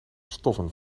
stoffen